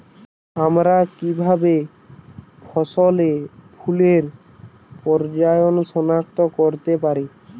আমরা কিভাবে ফসলে ফুলের পর্যায় সনাক্ত করতে পারি?